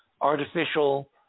artificial